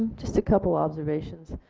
just a couple observations.